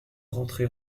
rentré